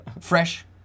Fresh